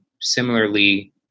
similarly